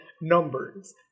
numbers